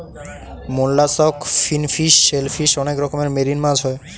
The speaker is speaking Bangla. মোল্লাসক, ফিনফিশ, সেলফিশ অনেক রকমের মেরিন মাছ হয়